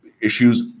issues